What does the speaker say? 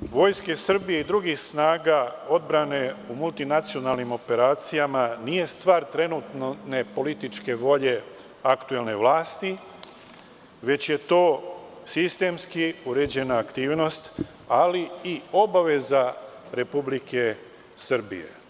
Vojske Srbije i drugih snaga odbrane u multinacionalnim operacijama nije stvar trenutno nepolitičke volje aktuelne vlasti, već je to sistemski uređena aktivnost, ali i obaveza Republike Srbije.